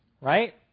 Right